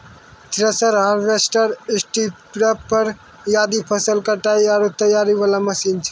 thresher, harvester, स्टारीपर आदि फसल कटाई आरो तैयारी वाला मशीन छेकै